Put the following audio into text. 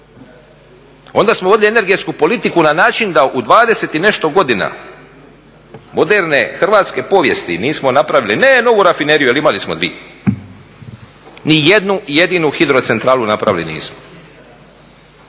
Onda smo vodili energetsku politiku na način da u 20 i nešto godina moderne hrvatske povijesti nismo napravili, ne novu rafineriju jer imali smo di. Ni jednu jedinu hidrocentralu napravili nismo.